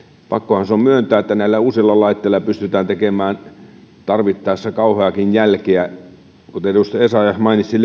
pakkohan se on myöntää että näillä uusilla laitteilla pystytään tekemään tarvittaessa kauheaakin jälkeä kuten edustaja essayah mainitsi